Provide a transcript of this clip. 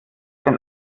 den